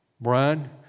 Brian